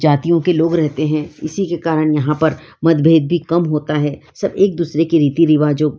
जातियों के लोग रहते हैं इसी के कारण यहाँ पर मतभेद भी कम होता है सब एक दूसरे के रीति रिवाजों